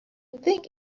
think